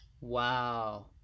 Wow